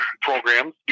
programs